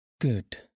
Good